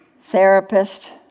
therapist